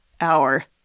hour